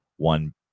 one